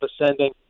ascending